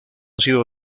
sido